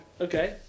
Okay